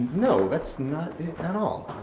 no, that's not it at all.